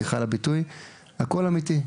הכל אמיתי,